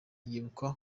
yibuka